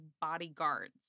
bodyguards